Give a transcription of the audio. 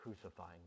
Crucifying